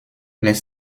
les